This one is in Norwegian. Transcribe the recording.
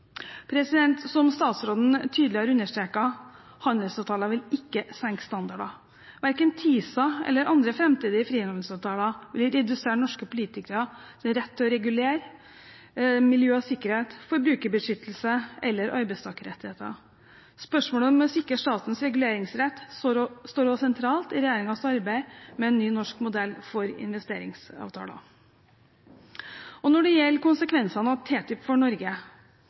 Som statsråden tydelig har understreket: Handelsavtaler vil ikke senke standarder. Verken TISA eller andre framtidige frihandelsavtaler vil redusere norske politikeres rett til å regulere miljø og sikkerhet, forbrukerbeskyttelse eller arbeidstakerrettigheter. Spørsmålet om å sikre statens reguleringsrett står også sentralt i regjeringens arbeid med en ny norsk modell for investeringsavtaler. Når det gjelder konsekvensene av TTIP for Norge,